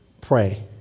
pray